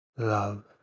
Love